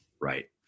Right